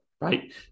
right